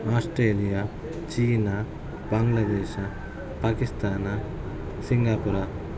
Australia China Bangladesh Pakistan Singapore